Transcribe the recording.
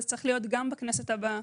זה צריך להיות גם בכנסת הבאה.